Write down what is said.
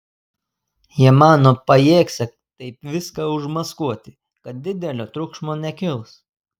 jie mano pajėgsią taip viską užmaskuoti kad didelio triukšmo nekils